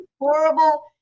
horrible